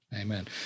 Amen